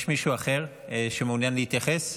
יש מישהו אחר שמעוניין להתייחס?